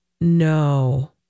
no